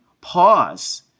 pause